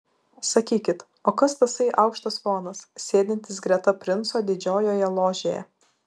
sakykit o kas tasai aukštas ponas sėdintis greta princo didžiojoje ložėje